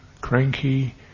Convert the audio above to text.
Cranky